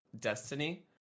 Destiny